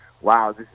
wow